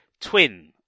twin